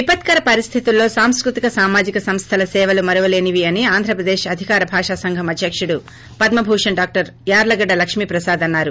విపత్కర పరిస్దితుల్లో సాంస్పతిక సామాజిక సంస్దల సేవలు మరువలేనివి అని ఆంధ్రప్రదేశ్ అధికార భాషా సంఘం అధ్వకుడు పద్మ భూషణ్ డా యార్హగడ్ల లక్ష్మీ ప్రసాద్ అన్నారు